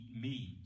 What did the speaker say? meat